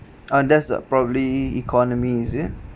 uh that's the probably economy is it